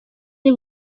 ari